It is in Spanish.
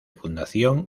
fundación